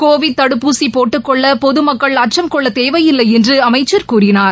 Covid தடுப்பூசி போட்டுக்கொள்ள பொது மக்கள் அச்சும் கொள்ளத்தேவையில்லை என்று அமைச்சர் கூறினார்